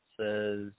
Says